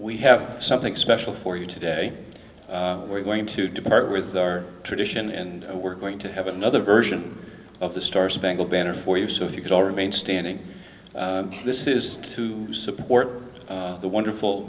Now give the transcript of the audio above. we have something special for you today we're going to depart with our tradition and we're going to have another version of the star spangled banner for you so if you could all remain standing this is to support the wonderful